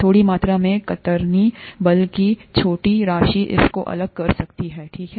थोड़ी मात्रा में कतरनी बल की एक छोटी राशि इस को अलग कर सकती है ठीक है